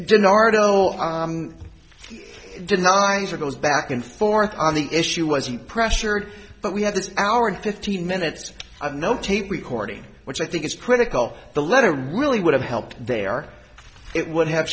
gennaro denies or goes back and forth on the issue was he pressured but we have this hour and fifteen minutes of no tape recording which i think it's critical the letter really would have helped there it would have